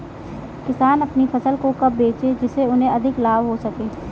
किसान अपनी फसल को कब बेचे जिसे उन्हें अधिक लाभ हो सके?